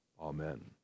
Amen